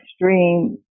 extreme